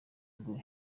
ngo